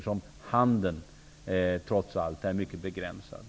Handeln är ju, trots allt, mycket begränsad.